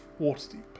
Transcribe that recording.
Waterdeep